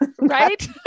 Right